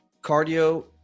cardio